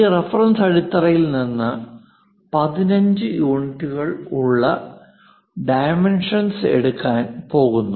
ആ റഫറൻസ് അടിത്തറയിൽ നിന്ന് നമ്മൾ 15 യൂണിറ്റുകൾ ഉള്ള ഡൈമെൻഷൻസ്എടുക്കാൻ പോകുന്നു